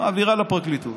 מעבירה לפרקליטות